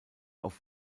auf